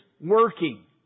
working